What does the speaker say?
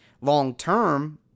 long-term